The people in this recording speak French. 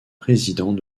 président